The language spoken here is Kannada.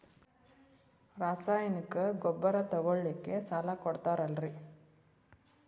ರಾಸಾಯನಿಕ ಗೊಬ್ಬರ ತಗೊಳ್ಳಿಕ್ಕೆ ಸಾಲ ಕೊಡ್ತೇರಲ್ರೇ?